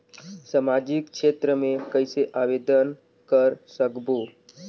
समाजिक क्षेत्र मे कइसे आवेदन कर सकबो?